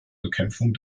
bekämpfung